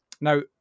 Now